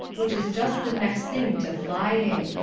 which is just the next thing to flying.